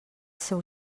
seu